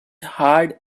hard